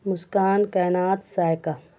Muskan Kainat Saika